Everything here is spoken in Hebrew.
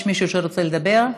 יש מישהו שרוצה לדבר?